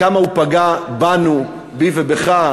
וכמה הוא פגע בנו, בי ובך.